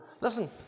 Listen